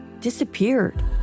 disappeared